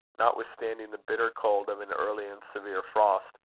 notwithstanding the bitter cold of an early and severe frost.